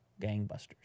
Gangbusters